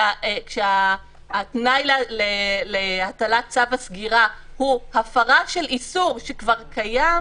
כאשר התנאי להטלת צו הסגירה הוא הפרה של איסור שכבר קיים